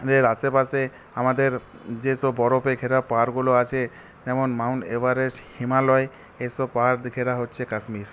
আশেপাশে আমাদের যেসব বরফে ঘেরা পাহাড়গুলো আছে যেমন মাউন্ট এভারেস্ট হিমালয় এসব পাহাড় দিয়ে ঘেরা হচ্ছে কাশ্মীর